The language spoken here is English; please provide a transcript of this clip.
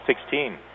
Sixteen